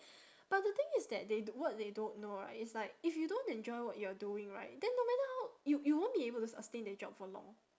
but the thing is that they d~ what they don't know right is like if you don't enjoy what you're doing right then no matter how you you won't be able to sustain that job for long